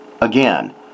again